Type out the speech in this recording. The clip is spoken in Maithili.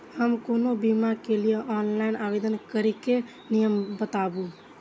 हम कोनो बीमा के लिए ऑनलाइन आवेदन करीके नियम बाताबू?